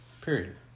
period